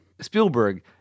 Spielberg